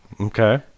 okay